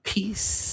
Peace